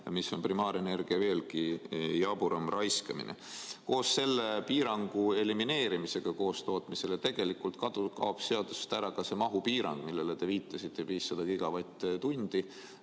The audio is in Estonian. See on primaarenergia veelgi jaburam raiskamine. Koos selle piirangu elimineerimisega koostootmisele tegelikult kaob seadusest ära ka see mahupiirang, millele te viitasite, 500 gigavatt-tundi.